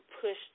push